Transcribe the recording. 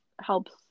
helps